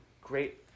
great